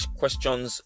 questions